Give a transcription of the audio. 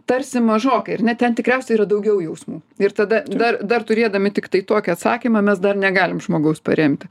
tarsi mažokai ar ne ten tikriausiai yra daugiau jausmų ir tada dar dar turėdami tiktai tokį atsakymą mes dar negalim žmogaus paremti